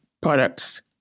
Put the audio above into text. products